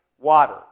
water